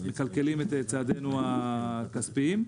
מכלכלים את צעדינו הכספיים.